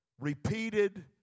repeated